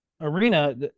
arena